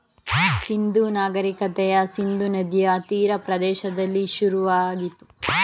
ಸಿಂಧೂ ನಾಗರಿಕತೆಯ ಸಿಂಧೂ ನದಿಯ ತೀರ ಪ್ರದೇಶದಲ್ಲಿ ಶುರುವಾಯಿತು